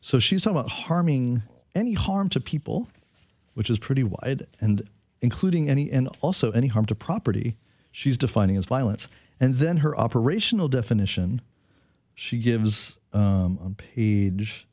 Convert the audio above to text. so she's not harming any harm to people which is pretty wide and including any and also any harm to property she's defining as violence and then her operational definition she gives